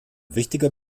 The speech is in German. wichtiger